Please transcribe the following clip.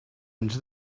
into